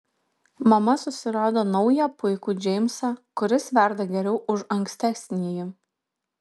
mama susirado naują puikų džeimsą kuris verda geriau už ankstesnįjį